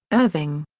irving.